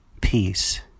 peace